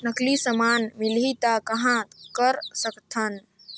नकली समान मिलही त कहां कर सकथन?